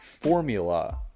formula